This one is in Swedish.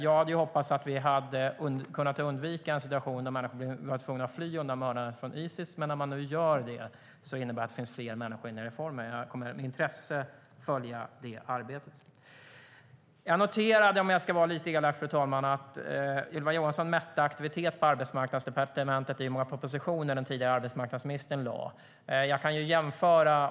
Jag hade hoppats att vi hade kunnat undvika en situation där människor tvingas fly undan från mördare från Isis, men eftersom de nu tvingas göra det innebär det att det finns fler människor i reformen. Jag kommer med intresse att följa det arbetet. Jag noterade, om jag ska vara lite elak, fru talman, att Ylva Johansson mätte aktiviteten på Arbetsmarknadsdepartementet i hur många propositioner den tidigare arbetsmarknadsministern lade fram.